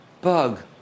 Bug